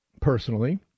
personally